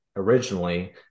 originally